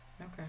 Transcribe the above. Okay